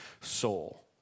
soul